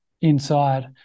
inside